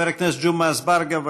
חבר הכנסת ג'מעה אזברגה,